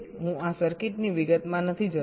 તેથી હું આ સર્કિટની વિગતમાં નથી જતો